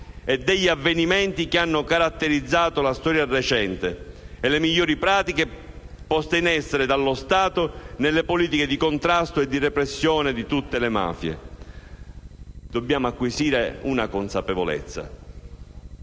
e degli avvenimenti che hanno caratterizzato la storia recente e le migliori pratiche poste in essere dallo Stato nella politiche di contrasto e di repressione di tutte le mafie. Dobbiamo acquisire una consapevolezza: